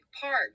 Park